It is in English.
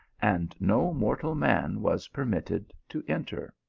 and no mortal man was permitted to enter.